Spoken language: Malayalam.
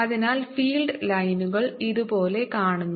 അതിനാൽ ഫീൽഡ് ലൈനുകൾ ഇതുപോലെ കാണുന്നു